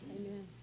Amen